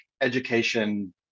education